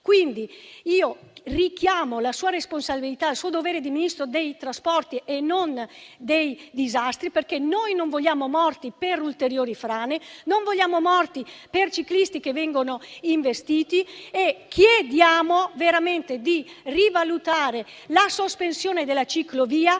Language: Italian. Richiamo quindi la sua responsabilità e il suo dovere di Ministro dei trasporti e non dei disastri, perché noi non vogliamo morti per ulteriori frane. Non vogliamo morti per ciclisti investiti. E chiediamo di rivalutare la sospensione della ciclovia,